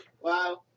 wow